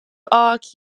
arc